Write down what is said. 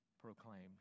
proclaimed